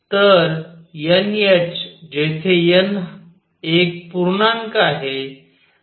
तर nh जेथे n एक पूर्णांक आहे